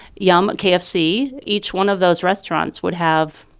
yum! kfc each one of those restaurants would have